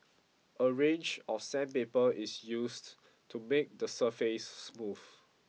a range of sandpaper is used to make the surface smooth